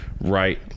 right